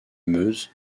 meuse